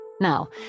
Now